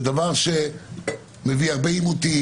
זה דבר שמביא הרבה עימותים,